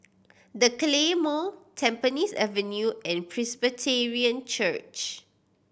The Claymore Tampines Avenue and Presbyterian Church